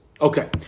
Okay